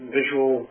visual